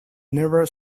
never